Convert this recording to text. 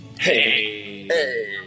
hey